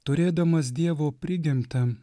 turėdamas dievo prigimtį